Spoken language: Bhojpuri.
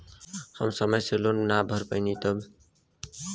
हम समय से लोन ना भर पईनी तब?